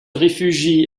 réfugie